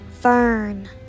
Fern